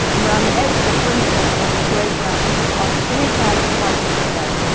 and round the edge of the perimeter of the parade ground are three thousand five hundred men.